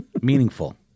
Meaningful